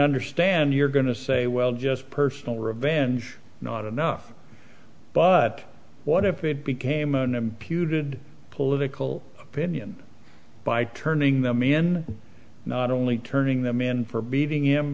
understand your going to say well just personal revenge not enough but what if it became an impudent political opinion by turning them in not only turning them in for beating him